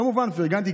כמובן שפרגנתי,